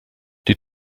die